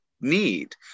need